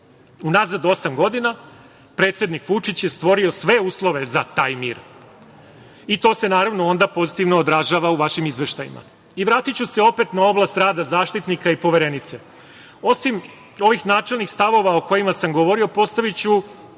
Unazad osam godina, predsednik Vučić je stvorio sve uslove za taj mir i to se naravno onda pozitivno odražava u vašim izveštajima. Vratiću se opet na oblast rada Zaštitnika i Poverenice. Osim ovih načelnih stavova o kojima sam govorio, postaviću